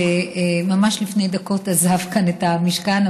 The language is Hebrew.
שממש לפני דקות עזב כאן את המשכן,